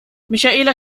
michaela